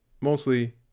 Mostly